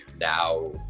now